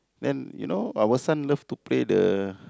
then you know our son love to play the